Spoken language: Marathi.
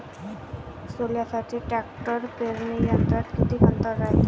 सोल्यासाठी ट्रॅक्टर पेरणी यंत्रात किती अंतर रायते?